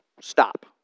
Stop